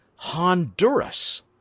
Honduras